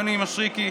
יונתן מישרקי,